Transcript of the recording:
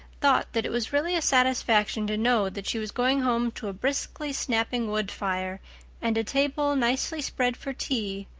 thought that it was really a satisfaction to know that she was going home to a briskly snapping wood fire and a table nicely spread for tea,